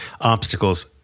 obstacles